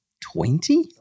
Twenty